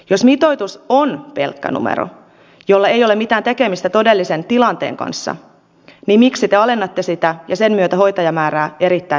jos mitoitus on pelkkä numero jolla ei ole mitään tekemistä todellisen tilanteen kanssa niin miksi te alennatte sitä ja sen myötä hoitajamäärää erittäin merkittäväksi